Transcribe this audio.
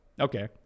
Okay